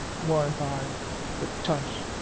once i but tush!